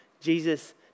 Jesus